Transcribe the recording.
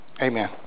Amen